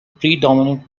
predominant